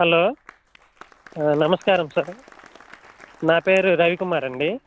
hello నమస్కారం sir నా పేరు రవికుమారండి